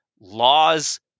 laws